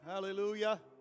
Hallelujah